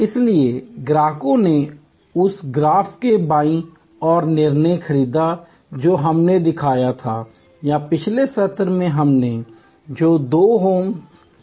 इसलिए ग्राहकों ने उस ग्राफ़ के बाईं ओर निर्णय खरीदा जो हमने दिखाया था या पिछले सत्र में हमने जो दो हेम्स दिखाए थे